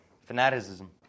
Fanaticism